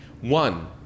One